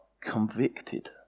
convicted